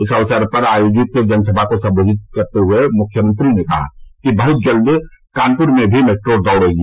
इस अवसर पर आयोजित जनसमा को सम्बोधित करते हुये मुख्यमंत्री ने कहा कि बहुत जल्द कानपुर में भी मेट्रो दौड़ेगी